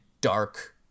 dark